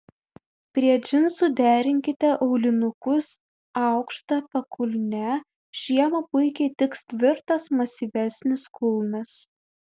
prie džinsų derinkite aulinukus aukšta pakulne žiemą puikiai tiks tvirtas masyvesnis kulnas